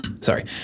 sorry